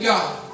God